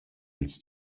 ils